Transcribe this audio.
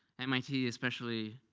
mit, especially